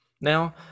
now